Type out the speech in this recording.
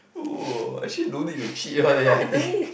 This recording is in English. !wah! actually don't need to cheat one leh I think